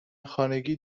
خانگی